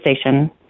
station